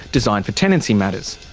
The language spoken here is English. designed for tenancy matters.